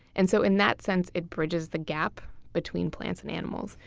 and so in that sense, it bridges the gap between plants and animals.